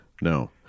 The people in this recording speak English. No